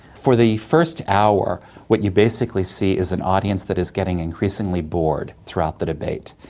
for the first hour what you basically see is an audience that is getting increasingly bored throughout the debate.